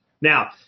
Now